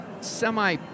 semi